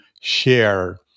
share